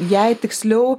jei tiksliau